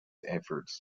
efforts